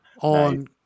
on